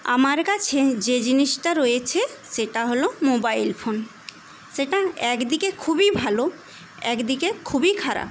আমার কাছে যে জিনিসটা রয়েছে সেটা হলো মোবাইল ফোন সেটা একদিকে খুবই ভালো একদিকে খুবই খারাপ